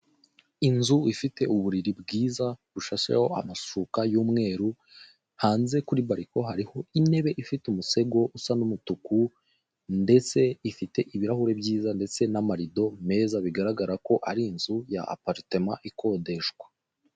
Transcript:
Inzu ifite uburiri bwiza bushasheho amashuka y'umweru, hanze kuri bariko hariho intebe ifite umusego usa n'umutuku ndetse ifite ibirahuri byiza ndetse n'amarido meza bigaragara ko ari inzu ya aparitema ikodeshwa.